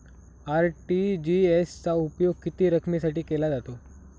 RTGS चा उपयोग किती रकमेसाठी केला जातो?